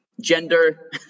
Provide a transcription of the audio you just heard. gender